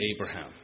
Abraham